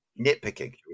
nitpicking